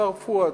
השר פואד,